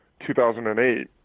2008